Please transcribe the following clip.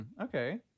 okay